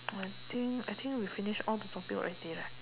I think I think we finish all the topic already right